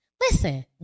listen